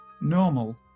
normal